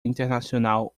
internacional